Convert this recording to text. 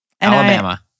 Alabama